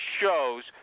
shows